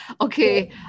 Okay